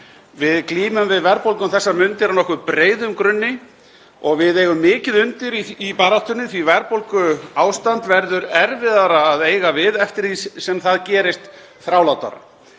Við glímum við verðbólgu um þessar mundir á nokkuð breiðum grunni og við eigum mikið undir í baráttunni því verðbólguástand verður erfiðara að eiga við eftir því sem það gerist þrálátara.